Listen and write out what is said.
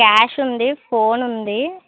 cash ఉంది phone ఉంది